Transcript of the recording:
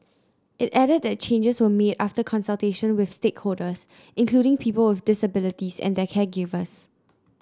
it added that changes were made after consultation with stakeholders including people of disabilities and their caregivers